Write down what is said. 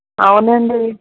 అవునండీ